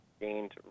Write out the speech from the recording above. gained